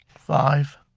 five.